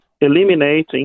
eliminating